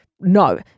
No